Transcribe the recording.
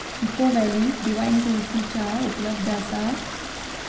Eco Valley divine Tulsi च्या उपलब्ध आसा